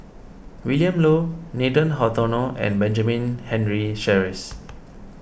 Willin Low Nathan Hartono and Benjamin Henry Sheares